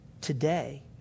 today